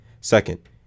Second